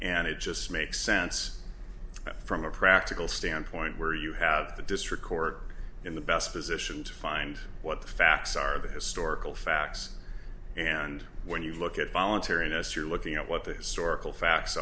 and it just makes sense from a practical standpoint where you have the district court in the best position to find what the facts are the historical facts and when you look at voluntariness you're looking at what the historical facts